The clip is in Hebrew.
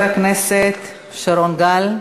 תודה רבה לחבר הכנסת שרון גל.